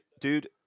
dude